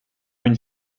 une